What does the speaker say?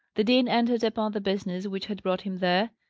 the dean entered upon the business which had brought him there,